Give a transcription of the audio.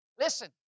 Listen